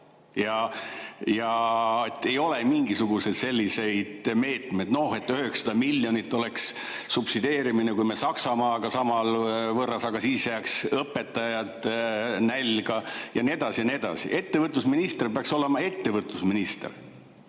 Ja ei ole mingisuguseid selliseid meetmeid, et 900 miljonit oleks subsideerimine, kui me Saksamaaga sama võrra [seda teeksime]. Aga siis jääks õpetajad nälga ja nii edasi, ja nii edasi. Ettevõtlusminister peaks olema ettevõtlusminister.